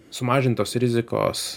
sumažintos rizikos